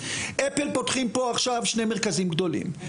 אפל פותחים פה עכשיו שני מרכזים גדולים,